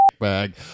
bag